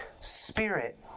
spirit